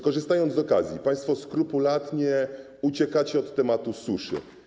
Korzystam z okazji - państwo skrupulatnie uciekacie od tematu suszy.